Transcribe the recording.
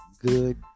good